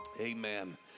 Amen